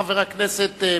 ואחריו, חבר הכנסת פיניאן,